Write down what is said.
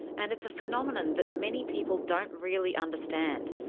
and it's a phenomenon that many people don't really understand,